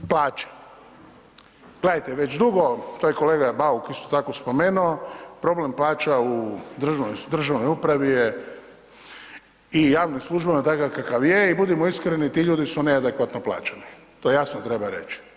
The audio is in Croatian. Plaće, gledajte već dugo, to je kolega isto tako spomenuo problem plaća u državnoj upravi je i javnim službama takav kakav je i budimo iskreni ti ljudi su neadekvatno plaćeni, to jasno treba reći.